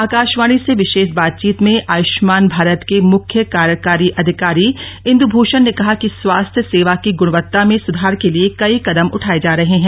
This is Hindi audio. आकाशवाणी से विशेष बातचीत में आयुष्मान भारत के मुख्य् कार्यकारी अधिकारी इंद्रभूषण ने कहा कि स्वास्थ्य सेवा की गुणवत्ता में सुधार के लिए कई कदम उठाये जा रहे हैं